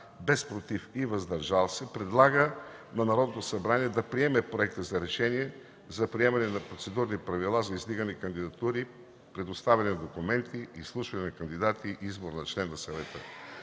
без „против” и „въздържали се” предлага на Народното събрание да приеме Проекта за решение за приемане на Процедурни правила за издигане на кандидатури, представяне на документи, изслушване на кандидати, избор на член на Съвета